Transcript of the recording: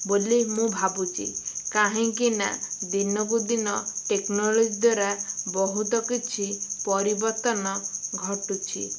ବୋଲି ମୁଁ ଭାବୁଛି କାହିଁକିନା ଦିନକୁ ଦିନ ଟେକ୍ନୋଲୋଜି ଦ୍ୱାରା ବହୁତ କିଛି ପରିବର୍ତ୍ତନ ଘଟୁଛି